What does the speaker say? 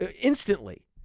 instantly